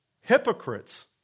Hypocrites